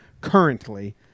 currently